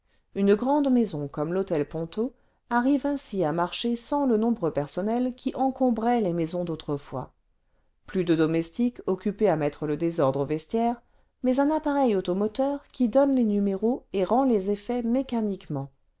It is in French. une grande maison comme l'hôtel ponto arrive ainsi à marcher sans le nombreux personnel qui encombrait les maisons d'autrefois plus de domestiques occupés à mettre le désordre au vestiaire mais un appareil automoteur qui donne les numéros et rend les effets mécaniquement